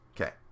Okay